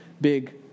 big